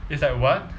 it's like what